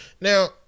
now